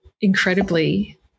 incredibly